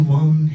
one